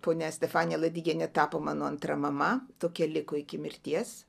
ponia stefanija ladigienė tapo mano antra mama tokia liko iki mirties